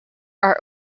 are